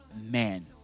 man